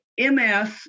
MS